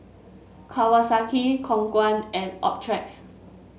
Kawasaki Khong Guan and Optrex